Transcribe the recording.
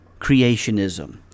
creationism